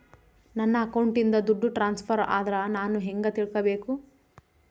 ನನ್ನ ಅಕೌಂಟಿಂದ ದುಡ್ಡು ಟ್ರಾನ್ಸ್ಫರ್ ಆದ್ರ ನಾನು ಹೆಂಗ ತಿಳಕಬೇಕು?